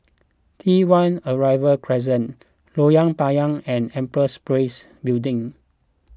T one Arrival Crescent Lorong Payah and Empress Place Building